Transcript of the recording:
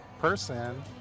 person